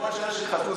יכול להיות שאלה שחטפו,